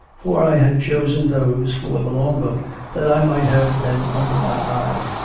for i had chosen those for the long-boat that i might have them under my eye.